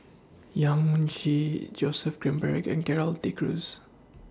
Yong Chee Joseph Grimberg and Gerald De Cruz